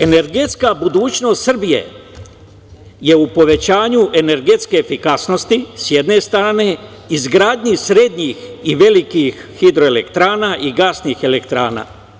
Energetska budućnost Srbije je u povećanju energetske efikasnosti, s jedne strane, izgradnje srednjih i velikih hidroelektrana i gasnih elektrana.